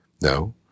no